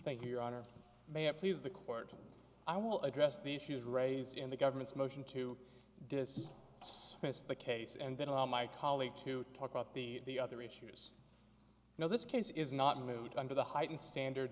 thank you your honor may it please the court i will address the issues raised in the government's motion to dismiss the case and then allow my colleague to talk about the other issues now this case is not moot under the heightened standard